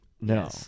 no